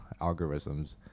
algorithms